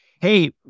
hey